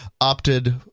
opted